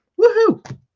Woohoo